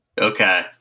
okay